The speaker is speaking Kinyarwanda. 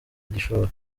igishoro